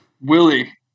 Willie